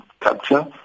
capture